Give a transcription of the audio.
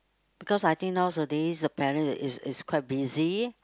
because I think nowadays the parents is is quite busy